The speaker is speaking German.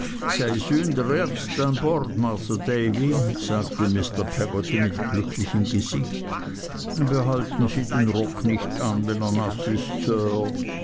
sagte mr peggotty mit glücklichem gesicht behalten sie den rock nicht an wenn er naß ist